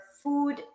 Food